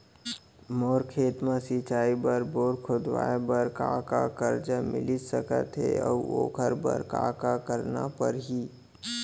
मोर खेत म सिंचाई बर बोर खोदवाये बर का का करजा मिलिस सकत हे अऊ ओखर बर का का करना परही?